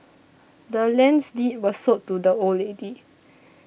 the land's deed was sold to the old lady